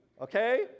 okay